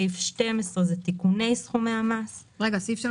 סעיף 12 תיקוני סכומי המס, סעיף 13